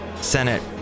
Senate